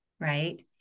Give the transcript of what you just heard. right